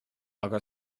aga